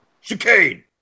Chicane